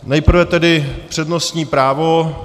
Nejprve tedy přednostní právo.